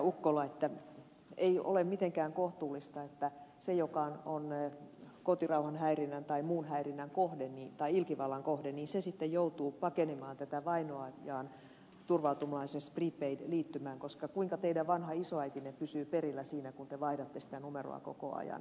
ukkola ei ole mitenkään kohtuullista että se joka on kotirauhan häirinnän tai muun häirinnän tai ilkivallan kohde joutuu pakenemaan tätä vainoajaa turvautumaan esimerkiksi prepaid liittymään koska kuinka teidän vanha isoäitinne pysyy perillä siinä kun te vaihdatte sitä numeroa koko ajan